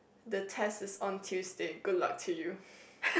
the test is on Tuesday good luck to you